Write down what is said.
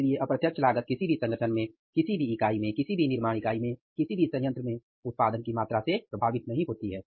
इसलिए अप्रत्यक्ष लागत किसी भी संगठन में किसी भी इकाई में किसी भी निर्माण इकाई में किसी भी संयंत्र में उत्पादन की मात्रा से प्रभावित नहीं होती है